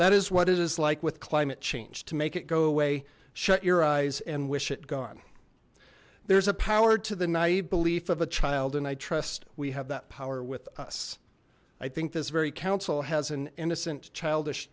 that is what it is like with climate change to make it go away shut your eyes and wish it gone there's a power to the naive belief of a child and i trust we have that power with us i think this very council has an innocent childish